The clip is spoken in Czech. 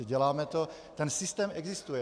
Děláme to, systém existuje.